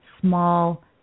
small